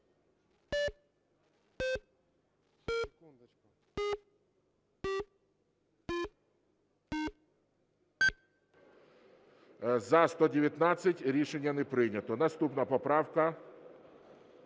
За-119 Рішення не прийнято. Наступна поправка.